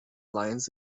lions